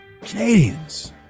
Canadians